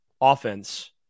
offense